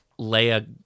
Leia